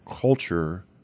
culture